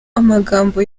amagambo